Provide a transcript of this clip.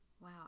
Wow